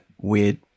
weird